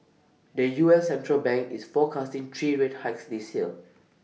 the U S central bank is forecasting three rate hikes this year